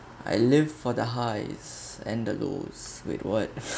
I live for the highs and the lows with what